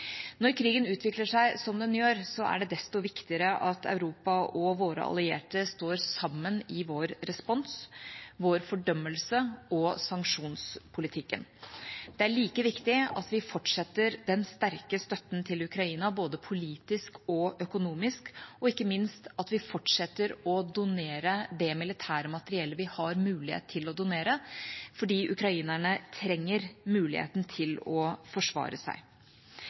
Når krigen utvikler seg som den gjør, er det desto viktigere at Europa og våre allierte står sammen i vår respons, vår fordømmelse og sanksjonspolitikken. Det er like viktig at vi fortsetter den sterke støtten til Ukraina både politisk og økonomisk og ikke minst at vi fortsetter å donere det militære materiellet vi har mulighet til å donere, for ukrainerne trenger muligheten til å forsvare seg.